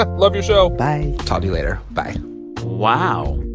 ah love your show bye talk to you later. bye wow.